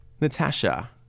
Natasha